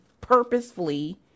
purposefully